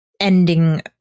Ending